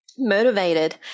motivated